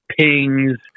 pings